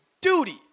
duty